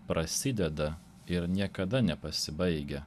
prasideda ir niekada nepasibaigia